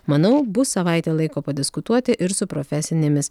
manau bus savaitė laiko padiskutuoti ir su profesinėmis